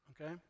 okay